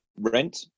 rent